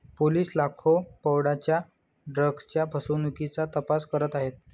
police लाखो पौंडांच्या ड्रग्जच्या फसवणुकीचा तपास करत आहेत